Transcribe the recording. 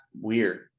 weird